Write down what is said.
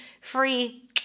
free